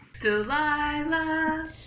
Delilah